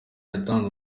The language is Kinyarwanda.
yatanze